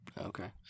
Okay